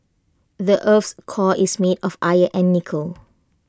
the Earth's core is made of iron and nickel